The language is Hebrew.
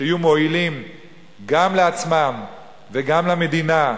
ויהיו מועילים גם לעצמם וגם למדינה,